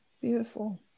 beautiful